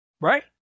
Right